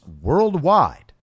worldwide